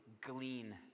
glean